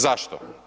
Zašto?